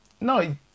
No